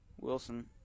Wilson